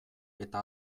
eta